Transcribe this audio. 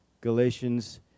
Galatians